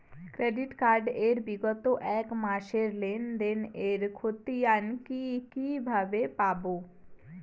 Credit card এর বিগত এক মাসের লেনদেন এর ক্ষতিয়ান কি কিভাবে পাব?